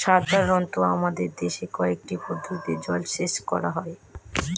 সাধারনত আমাদের দেশে কয়টি পদ্ধতিতে জলসেচ করা হয়?